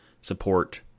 support